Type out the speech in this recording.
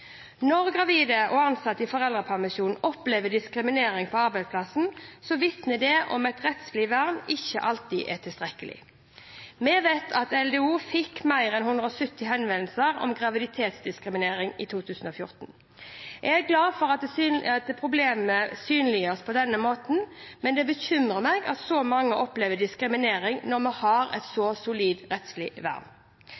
Når gravide og ansatte i foreldrepermisjon opplever diskriminering på arbeidsplassen, vitner det om at et rettslig vern ikke alltid er tilstrekkelig. Vi vet at LDO fikk mer enn 170 henvendelser om graviditetsdiskriminering i 2014. Jeg er glad for at problemet synliggjøres på denne måten, men det bekymrer meg at så mange opplever diskriminering når vi har et så solid rettslig vern.